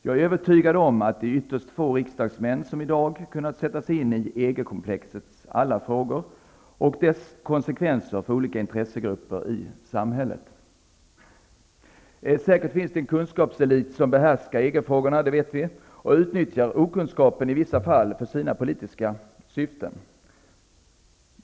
Jag är övertygad om att ytterst få riksdagsmän har kunnat sätta sig in i EG-komplexets alla frågor och dess konsekvenser för olika intressegrupper i samhället. Säkert finns det en kunskapaselit som behärskar EG-frågorna, det vet vi, och utnyttjar okunskapen i vissa fall för sina politiska syften.